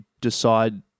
decide